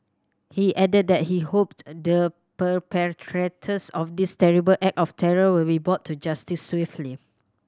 he added that he hoped the perpetrators of this terrible act of terror will be brought to justice swiftly